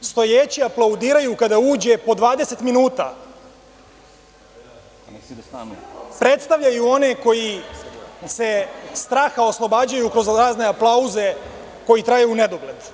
stojeći aplaudiraju kada uđe po 20 minuta, predstavljaju one koji se straha oslobađaju kroz razne aplauze koji traju u nedogled.